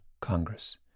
Congress